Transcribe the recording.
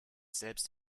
selbst